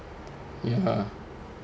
ya